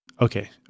Okay